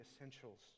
essentials